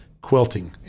quilting